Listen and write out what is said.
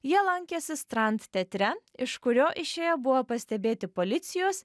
jie lankėsi strand teatre iš kurio išėję buvo pastebėti policijos